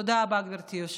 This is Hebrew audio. תודה רבה, גברתי היושבת-ראש.